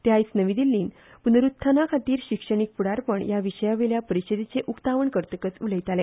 ते आयज नवी दिल्लींत पुनरुत्थाना खातीर शिक्षणीक फुडारपण ह्या विशयावेल्या परिशदेचें उक्तावण करतकच उलयताले